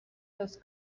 los